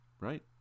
Right